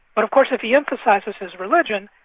but of course if he emphasises his religion,